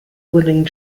willing